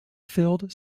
filled